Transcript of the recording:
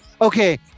Okay